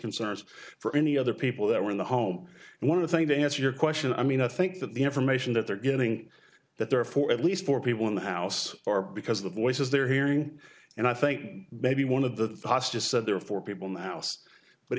concerns for any other people that were in the home and one of the thing to answer your question i mean i think that the information that they're getting that they're for at least four people in the house or because the voices they're hearing and i think maybe one of the haas just said there are four people in the house but